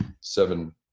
Seven